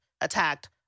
attacked